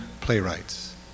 playwrights